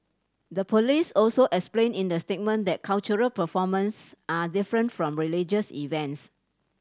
the police also explained in the statement that cultural performances are different from religious events